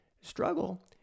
struggle